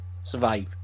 survive